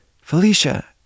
Felicia